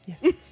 Yes